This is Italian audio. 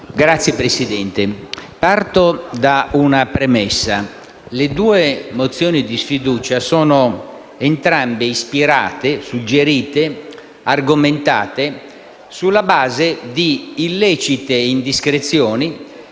Signor Presidente, parto da una premessa: le due mozioni di sfiducia sono entrambe ispirate, suggerite e argomentate sulla base di illecite indiscrezioni